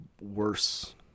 worse